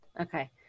Okay